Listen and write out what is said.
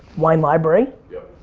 wine library yep.